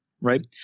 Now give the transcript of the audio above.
right